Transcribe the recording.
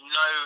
no